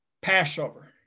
Passover